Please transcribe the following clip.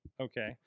Okay